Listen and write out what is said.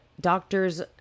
doctors